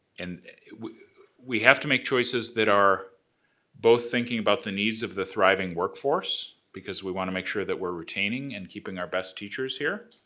and we have to make choices that are both thinking about the needs of the thriving workforce, because we want to make sure that we're retaining, and keeping our best teachers here.